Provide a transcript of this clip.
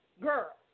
girl